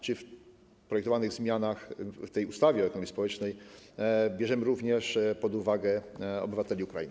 Czy w projektowanych zmianach, w tej ustawie o ekonomii społecznej, bierzemy również pod uwagę obywateli Ukrainy?